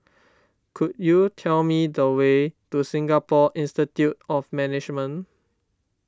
could you tell me the way to Singapore Institute of Management